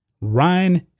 Ryan